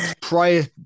prior